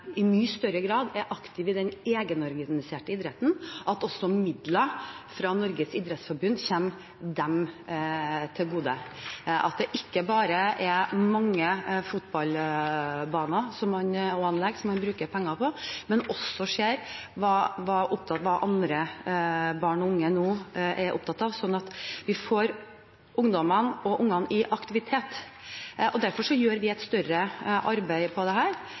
i mye større grad er aktive i den egenorganiserte idretten – til gode. Det må ikke bare være mange fotballbaner og fotballanlegg man bruker penger på. Man må også være opptatt av hva andre barn og unge er opptatt av nå, sånn at vi får ungdommene og barna i aktivitet. Derfor gjør vi et større arbeid på dette, og vi vil komme tilbake til hvordan vi ønsker å innrette det